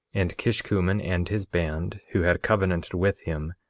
and kishkumen and his band, who had covenanted with him,